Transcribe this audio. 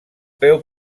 peu